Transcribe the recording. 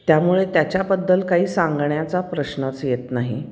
त्यामुळे त्याच्याबद्दल काही सांगण्याचा प्रश्नच येत नाही